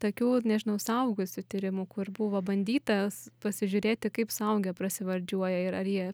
tokių nežinau suaugusių tyrimų kur buvo bandytas pasižiūrėti kaip suaugę prasivardžiuoja ir ar jie